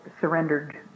surrendered